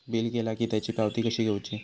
Bill केला की त्याची पावती कशी घेऊची?